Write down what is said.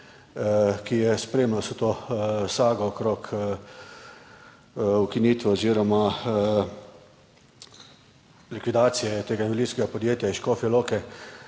ki je spremljal vso to sago okrog ukinitve oziroma likvidacije tega invalidskega podjetja iz Škofje Loke,